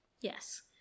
Yes